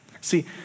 See